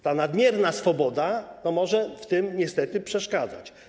Ta nadmierna swoboda może w tym niestety przeszkadzać.